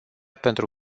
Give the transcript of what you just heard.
pentru